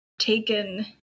taken